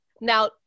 Now